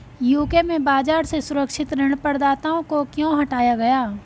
UK में बाजार से सुरक्षित ऋण प्रदाताओं को क्यों हटाया गया?